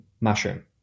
mushroom